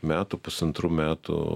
metų pusantrų metų